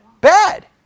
bad